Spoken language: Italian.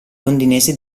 londinese